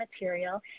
material